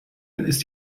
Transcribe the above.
ist